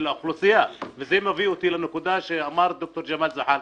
האוכלוסייה וזה מביא אותי לנקודה עליה דיבר דוקטור ג'מאל זחאלקה,